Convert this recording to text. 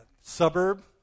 suburb